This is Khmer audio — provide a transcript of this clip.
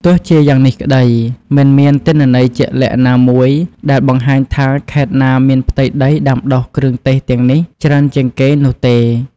ទោះជាយ៉ាងនេះក្តី មិនមានទិន្នន័យជាក់លាក់ណាមួយដែលបង្ហាញថាខេត្តណាមានផ្ទៃដីដាំដុះគ្រឿងទេសទាំងនេះច្រើនជាងគេនោះទេ។